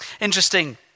Interesting